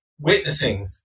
witnessing